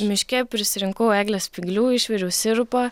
miške prisirinkau eglės spyglių išviriau sirupą